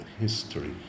History